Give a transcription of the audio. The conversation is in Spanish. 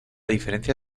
diferencia